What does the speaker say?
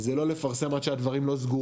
זה לא לפרסם עד שהדברים לא סגורים.